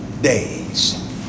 days